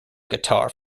guitar